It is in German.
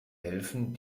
helfen